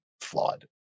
flawed